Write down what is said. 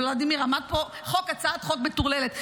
ולדימיר עמד פה, הצעת חוק מטורללת.